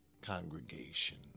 congregation